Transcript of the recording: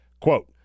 Quote